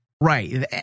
Right